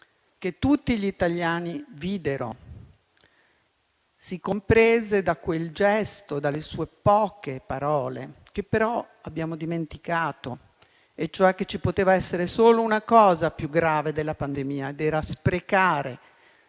che tutti gli italiani videro. Si comprese da quel gesto, dalle sue poche parole - abbiamo però dimenticato - che ci poteva essere solo una cosa più grave della pandemia ed era sprecare